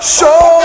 Show